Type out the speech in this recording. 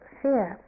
fear